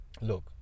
look